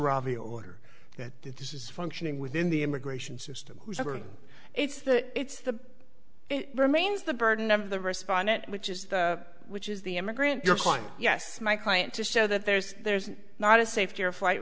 ai order that this is functioning within the immigration system it's the it's the it remains the burden of the respondent which is the which is the immigrant your son yes my client to show that there's there's not a safety or flight